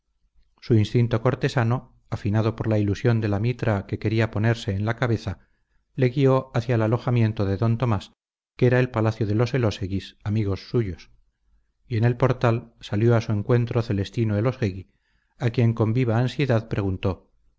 su instinto cortesano afinado por la ilusión de la mitra que quería ponerse en la cabeza le guió hacia el alojamiento de d tomás que era el palacio de los elóseguis amigos suyos y en el portal salió a su encuentro celestino elósegui a quien con viva ansiedad preguntó